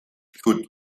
goed